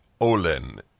Olen